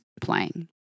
playing